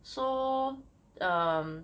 so um